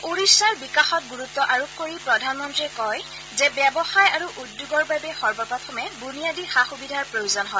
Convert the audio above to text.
ওড়িশাৰ বিকাশত গুৰুত্ব আৰোপ কৰি প্ৰধানমন্ৰীয়ে কয় যে ব্যৱসায় আৰু উদ্যোগৰ বাবে সৰ্বপ্ৰথমে বুনিয়াদী সা সূবিধাৰ প্ৰয়োজন হয়